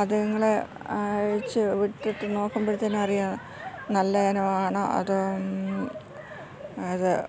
അതിങ്ങളെ അഴിച്ചു വിട്ടിട്ട് നോക്കുമ്പോഴത്തെന് അറിയാം നല്ല ഇനം ആണോ അതോ